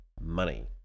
money